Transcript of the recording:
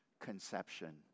conception